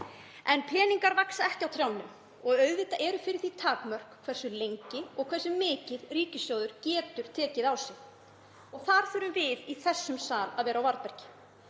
En peningar vaxa ekki á trjánum og auðvitað eru fyrir því takmörk hversu lengi og hversu mikið ríkissjóður getur tekið á sig. Þar þurfum við í þessum sal að vera á varðbergi.